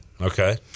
Okay